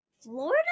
Florida